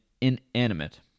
inanimate